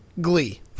Glee